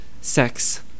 sex